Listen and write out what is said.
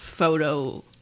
photo